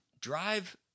Drive